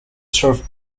serve